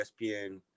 ESPN